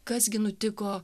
kas gi nutiko